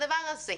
הדבר הזה,